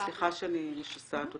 סליחה שאני משסעת אותך.